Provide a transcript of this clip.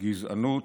גזענות.